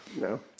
No